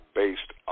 based